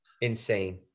insane